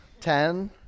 Ten